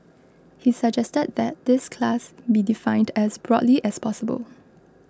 he suggested that this class be defined as broadly as possible